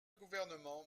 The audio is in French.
gouvernement